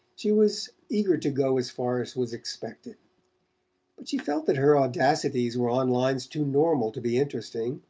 she was eager to go as far as was expected but she felt that her audacities were on lines too normal to be interesting,